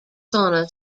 sauna